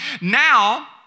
Now